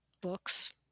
books